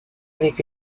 avec